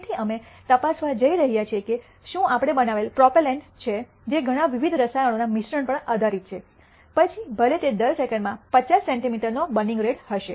તેથી અમે તપાસવા જઈ રહ્યા છીએ કે શું આપણે બનાવેલ પ્રોપેલન્ટ છે જે ઘણાં વિવિધ રસાયણોના મિશ્રણ પર આધારિત છે પછી ભલે તે દર સેકન્ડમાં 50 સેન્ટિમીટરનો બર્નિંગ રેટ હશે